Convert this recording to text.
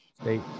state